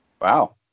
Wow